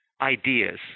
ideas